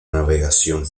navegación